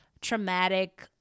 traumatic